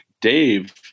Dave